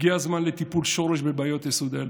הגיע הזמן לטיפול שורש בבעיות יסוד אלו.